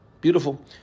beautiful